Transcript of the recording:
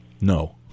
No